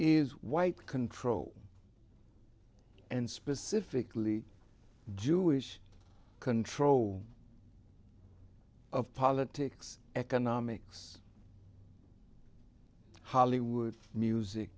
is white control and specifically jewish control of politics economics hollywood music